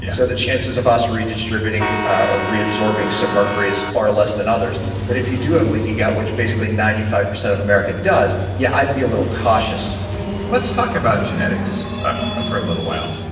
yeah so the chances of us redistributing or reabsorbing some mercury is far less than others. but if you do have leaky gut, which basically ninety five percent of america does, yeah i'd be a little cautious let's talk about genetics for a little while.